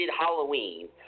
Halloween